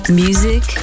music